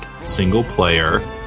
single-player